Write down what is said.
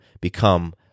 become